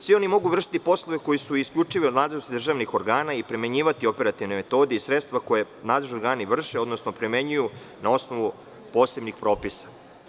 Svi oni mogu vršiti poslove koji su isključivo u nadležnosti državnih organa i primenjivati operativne metode i sredstva koja nadležni organi vrše, odnosno primenjuju na osnovu posebnih propisa.